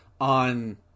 on